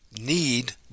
need